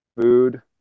food